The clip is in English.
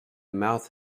mouth